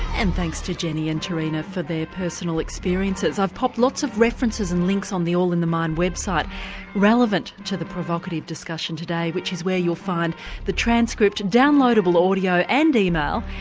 and thanks to jenny and terrina for their personal experiences. i've popped lots of references and links on the all in the mind website relevant to the provocative discussion today which is where you'll find the transcript, downloadable audio and email,